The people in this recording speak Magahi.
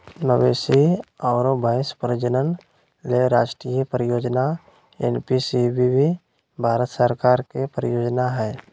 मवेशी आरो भैंस प्रजनन ले राष्ट्रीय परियोजना एनपीसीबीबी भारत सरकार के परियोजना हई